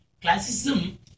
Classicism